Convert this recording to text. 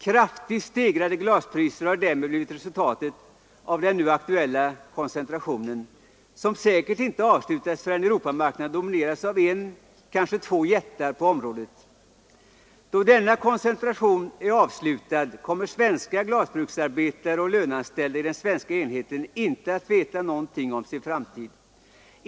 Kraftigt stegrade glaspriser har däremot blivit resultatet av den aktuella koncentrationen, som säkert inte avslutas förrän Europamarknaden domineras av en eller kanske två jättar på området. Då denna koncentration är avslutad kommer svenska glasbruksarbetare och löneanställda i den svenska enheten inte att veta någonting om sin framtid.